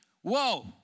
Whoa